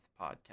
podcast